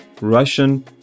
Russian